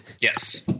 Yes